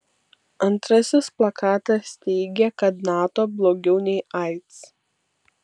antrasis plakatas teigė kad nato blogiau nei aids